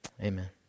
amen